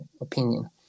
opinion